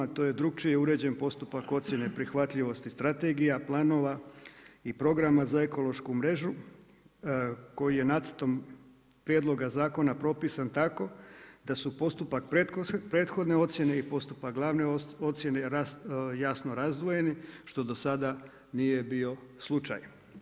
To je drugačije uređen postupak ocjene prihvatljivosti strategija, planova i programa za ekološku mrežu, koji je nacrtom prijedlogom zakona propisan tako, da su postupak prethodne ocjene i postupak glavne ocjene jasno razdvojeni, što do sada nije bio slučaj.